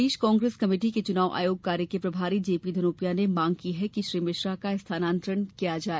प्रदेश Congress committee के चुनाव आयोग कार्य के प्रभारी जेपी धनोपिया ने मांग की है कि श्री मिश्रा का स्थानांतरण अन्यत्र किया जाए